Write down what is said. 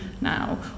now